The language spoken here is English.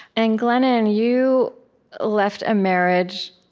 and glennon, you left a marriage.